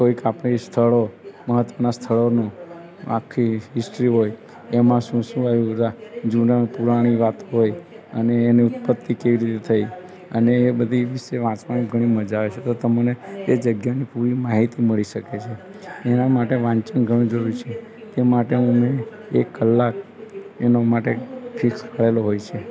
કોઈક આપણે સ્થળો મહત્વના સ્થળોની આખી હિસ્ટ્રી હોય એમાં શું શું આવ્યું હોય જૂની પુરાણી વાતો હોય અને એની ઉત્પતિ કઈ રીતે થઈ અને એ બધી વાંચવાની ઘણી મજા આવે છે તો તમને એ જગ્યાની પૂરી માહિતી મળી શકે છે એના માટે વાંચન ઘણું જરૂરી છે તે માટે મેં એક કલાક એના માટે ફિક્સ કરેલો હોય છે